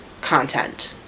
content